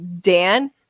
dan